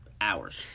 hours